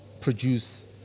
produce